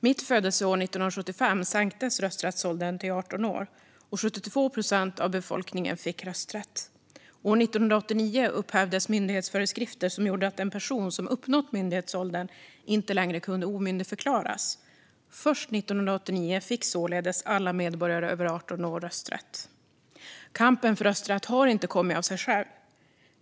Mitt födelseår, 1975, sänktes rösträttsåldern till 18 år, och 72 procent av befolkningen fick då rösträtt. År 1989 upphävdes myndighetsföreskrifter så att en person som uppnått myndighetsåldern inte längre kunde omyndigförklaras. Först 1989 fick således alla medborgare över 18 år rösträtt. Kampen för rösträtt har inte kommit av sig själv.